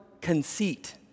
conceit